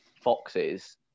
foxes